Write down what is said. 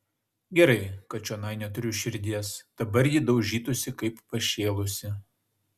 gerai kad čionai neturiu širdies dabar ji daužytųsi kaip pašėlusi